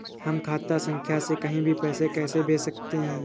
हम खाता संख्या से कहीं भी पैसे कैसे भेज सकते हैं?